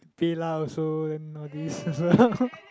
paylah also then now this